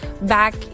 Back